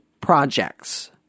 projects